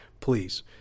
please